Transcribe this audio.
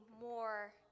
more